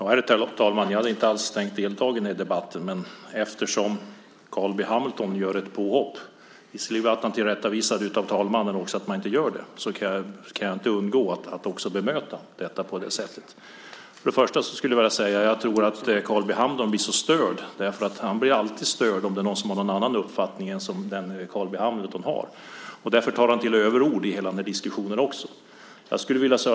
Herr talman! Jag hade inte alls tänkt delta i den här debatten, men eftersom Carl B Hamilton gör ett påhopp - visserligen blev han tillrättavisad av talmannen att man inte gör det - kan jag inte undgå att bemöta detta. Jag tror att Carl B Hamilton blir så störd för att han alltid blir störd om det är någon som har någon annan uppfattning än den Carl B Hamilton har. Därför tar han till överord i hela den här diskussionen också.